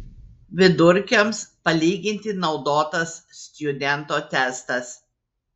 vidurkiams palyginti naudotas stjudento testas